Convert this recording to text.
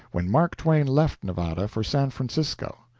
when mark twain left nevada for san francisco.